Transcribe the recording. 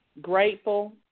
grateful